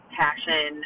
passion